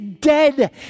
dead